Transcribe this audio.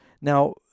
Now